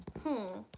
hmm